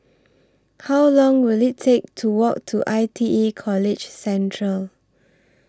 How Long Will IT Take to Walk to I T E College Central